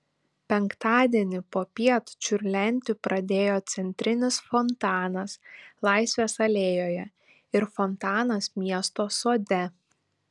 penktadienį popiet čiurlenti pradėjo centrinis fontanas laisvės alėjoje ir fontanas miesto sode